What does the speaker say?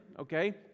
okay